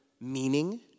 meaning